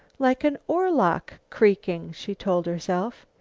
like an oarlock creaking, she told herself,